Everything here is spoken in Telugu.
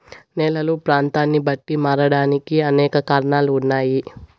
నేలలు ప్రాంతాన్ని బట్టి మారడానికి అనేక కారణాలు ఉన్నాయి